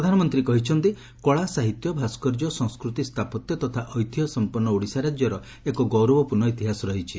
ପ୍ରଧାନମନ୍ତୀ କହିଛନ୍ତିକଳା ସାହିତ୍ୟ ଭାସ୍କର୍ଯ୍ୟ ସଂସ୍କୃତି ସ୍ରାପତ୍ୟ ତଥା ଐତିହ୍ୟ ସମ୍ମନୁ ଓଡିଶା ରାକ୍ୟର ଏକ ଗୌରବପୂର୍ଶ୍ଣ ଇତିହାସ ରହିଛି